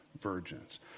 virgins